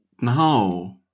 No